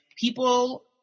people